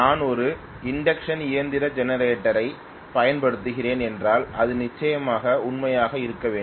நான் ஒரு இண்டக்க்ஷன் இயந்திர ஜெனரேட்டரைப் பயன்படுத்துகிறேன் என்றால் இது நிச்சயமாக உண்மையாக இருக்க வேண்டும்